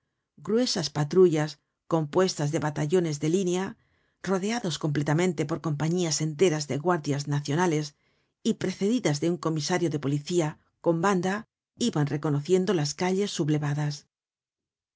gruesas patrullas compuestas de batallones de línea rodeados completamente por compañías enteras de guardias nacionales y precedidas de un comisario de policía con banda iban reconociendo las calles sublevadas